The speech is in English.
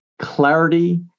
clarity